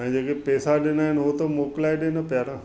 हाणे जेके पेसा ॾिना आहिनि हो त मोकिलाए ॾिए न प्यारा